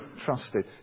trusted